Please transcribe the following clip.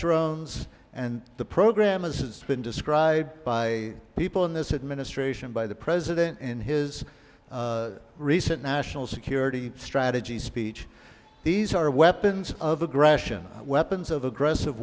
drones and the program has been described by people in this administration by the president in his recent national security strategy speech these are weapons of aggression weapons of aggressive